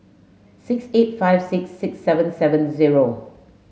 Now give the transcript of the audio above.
six eight five six six seven seven zero